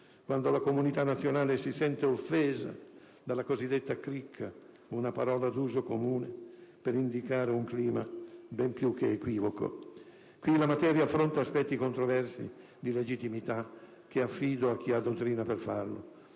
quando la comunità nazionale si sente offesa dalla cosiddetta cricca (una parola d'uso comune per indicare un clima ben più che equivoco). Qui la materia affronta aspetti controversi di legittimità che affido a chi ha dottrina per farlo;